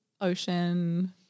Ocean